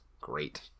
great